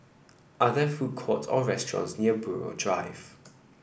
are there food courts or restaurants near Buroh Drive